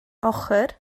ochr